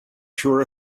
sure